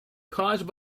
caused